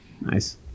Nice